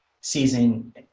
season